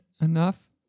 enough